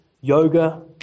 yoga